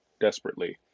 desperately